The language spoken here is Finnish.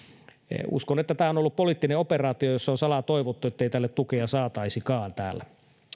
uskon että tämä on ollut poliittinen operaatio jossa on salaa toivottu ettei tälle tukea saataisikaan täällä